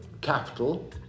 capital